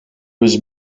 was